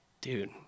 dude